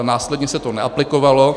Následně se to neaplikovalo.